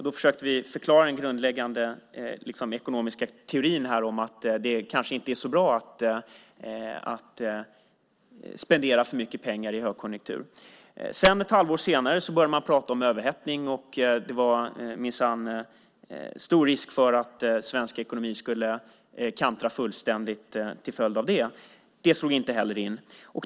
Vi försökte förklara den grundläggande ekonomiska teorin om att det kanske inte är så bra att spendera för mycket pengar i en högkonjunktur. Ett halvår senare började man prata om överhettning, och det var minsann stor risk för att svensk ekonomi skulle kantra fullständigt till följd av det. Det slog inte heller in.